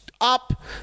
up